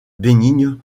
bénigne